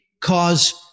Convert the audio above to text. cause